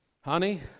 Honey